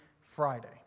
Friday